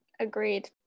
Agreed